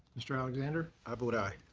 mr. alexander? i vote aye.